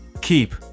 Keep